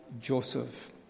Joseph